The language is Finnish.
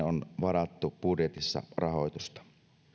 on varattu budjetissa rahoitusta